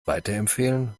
weiterempfehlen